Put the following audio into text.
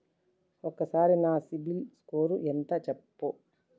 ఒక్కసారి నా సిబిల్ స్కోర్ ఎంత చెప్పు?